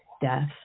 death